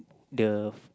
the